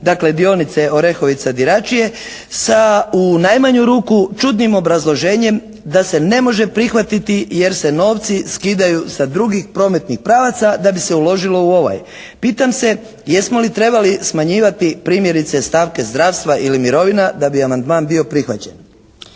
dakle dionice Orehovica-Diračije sa u najmanju ruku čudnim obrazloženjem da se ne može prihvatiti jer se novci skidaju sa drugih prometnih pravaca da bi se uložilo u ovaj. Pitam se jesmo li trebali smanjivati primjerice stavke zdravstva ili mirovina da bi amandman bio prihvaćen.